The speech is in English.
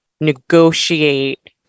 negotiate